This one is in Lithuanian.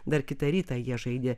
dar kitą rytą jie žaidė